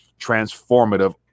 transformative